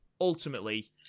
ultimately